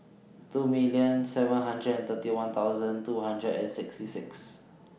two million seven hundred and thirty one thousand two hundred and sixty six